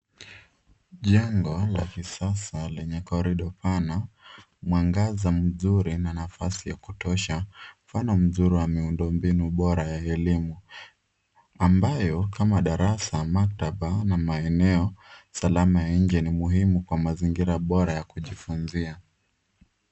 Jengo la kisasa lenye korodi pana, mwangaza mzuri na nafasi ya kutosha mfano mzuri wa miundobinu bora ya elimu, ambayo kama darasa ya maktaba na maeneo salama ya nje ni muhimu kwa mazingira bora ya kujifunzia.